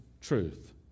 truth